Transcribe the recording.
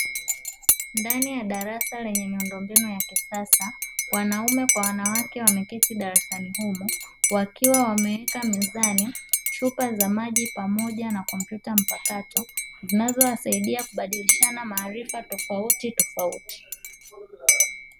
Ndani ya darasa lenye miundombinu ya kisasa, wanaume kwa wanawake wameketi darasani humo, wakiwa wameweka mezani chupa za maji pamoja na kompyuta mpakato zinazowasaidia kubadilishana maarifa tofautitofauti.